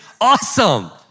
Awesome